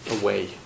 away